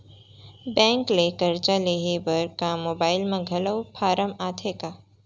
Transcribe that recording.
Bank ले करजा लेहे बर का मोबाइल म घलो फार्म आथे का?